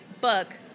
book